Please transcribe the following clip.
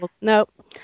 Nope